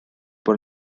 bod